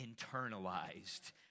internalized